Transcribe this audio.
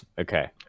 Okay